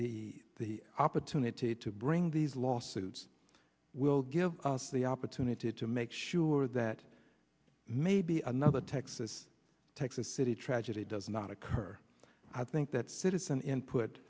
the the opportunity to bring these lawsuits will give us the opportunity to make sure that maybe another texas texas city tragedy does not occur i think that citizen input